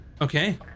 Okay